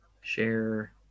share